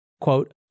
Quote